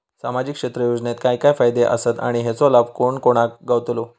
सामजिक क्षेत्र योजनेत काय काय फायदे आसत आणि हेचो लाभ कोणा कोणाक गावतलो?